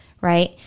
Right